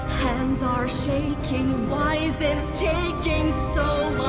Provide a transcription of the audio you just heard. hands are shaking, why is this taking so